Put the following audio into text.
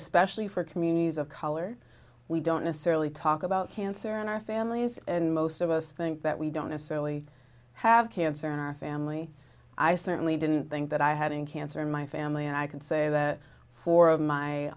especially for communities of color we don't necessarily talk about cancer in our families and most of us think that we don't necessarily have cancer in our family i certainly didn't think that i had in cancer in my family and i can say that four